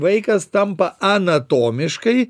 vaikas tampa anatomiškai